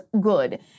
good